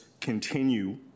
continue